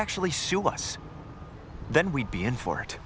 actually sue us then we'd be in for